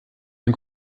ein